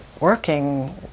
working